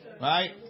right